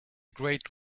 great